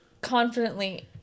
confidently